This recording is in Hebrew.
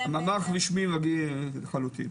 הממ"ח רשמי רגיל לחלוטין.